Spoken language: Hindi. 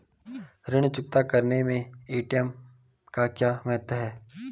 ऋण चुकता करने मैं ई.एम.आई का क्या महत्व है?